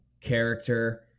character